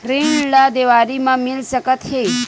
ऋण ला देवारी मा मिल सकत हे